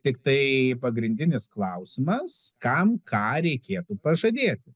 tik tai pagrindinis klausimas kam ką reikėtų pažadėti